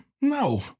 No